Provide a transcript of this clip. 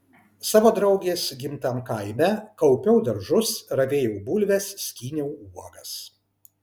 savo draugės gimtam kaime kaupiau daržus ravėjau bulves skyniau uogas